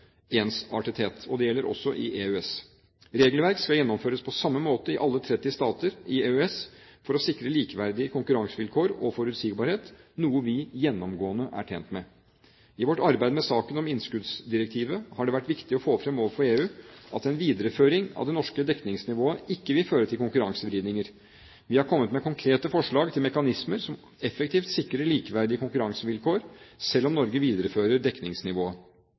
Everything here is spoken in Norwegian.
Det gjelder også i EØS. Regelverk skal gjennomføres på samme måte i alle 30 stater i EØS for å sikre likeverdige konkurransevilkår og forutsigbarhet, noe vi gjennomgående er tjent med. I vårt arbeid med saken om innskuddsdirektivet har det vært viktig å få fram overfor EU at en videreføring av det norske dekningsnivået ikke vil føre til konkurransevridninger. Vi har kommet med konkrete forslag til mekanismer som effektivt sikrer likeverdige konkurransevilkår, selv om Norge viderefører dekningsnivået.